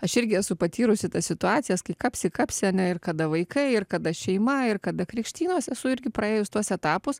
aš irgi esu patyrusi tą situacijas kai kapsi kapsi ir kada vaikai ir kada šeima ir kada krikštynos esu irgi praėjus tuos etapus